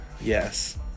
Yes